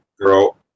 girl